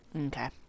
Okay